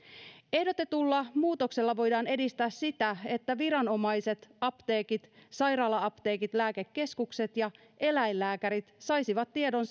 ehdotetulla muutoksella voidaan edistää sitä että viranomaiset apteekit sairaala apteekit lääkekeskukset ja eläinlääkärit saisivat tiedon